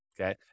Okay